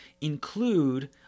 include